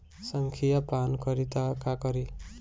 संखिया पान करी त का करी?